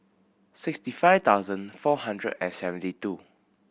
sixty five thousand four hundred and seventy two